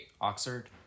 Oxford